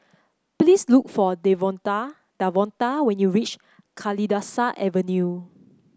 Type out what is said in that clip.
please look for Devonta Davonta when you reach Kalidasa Avenue